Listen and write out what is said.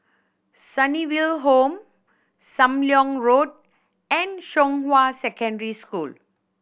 Sunnyville Home Sam Leong Road and Zhonghua Secondary School